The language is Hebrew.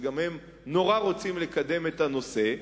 וגם הם נורא רוצים לקדם את הנושא.